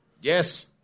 Yes